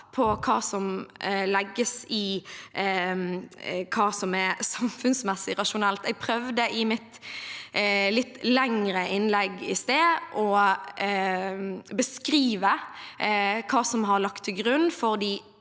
på hva som legges i «samfunnsmessig rasjonelt». Jeg prøvde i mitt lengre innlegg i stad å beskrive hva som har ligget til grunn for de